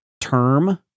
term